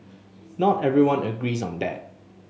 not everyone agrees on that